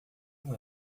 não